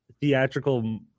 theatrical